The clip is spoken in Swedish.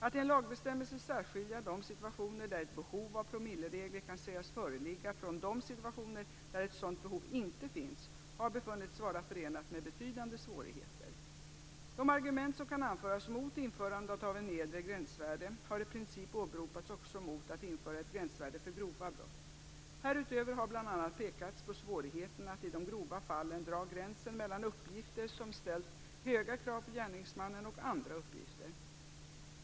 Att i en lagbestämmelse särskilja de situationer där ett behov av promilleregler kan sägas föreligga från de situationer där ett sådant behov inte finns har befunnits vara förenat med betydande svårigheter. De argument som kan anföras mot införandet av ett nedre gränsvärde har i princip åberopats också mot att införa ett gränsvärde för grova brott. Härutöver har bl.a. pekats på svårigheten att i de grova fallen dra gränsen mellan uppgifter som ställt höga krav på gärningsmannen och andra uppgifter.